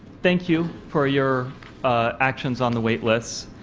thank you for your actions on the waitlist.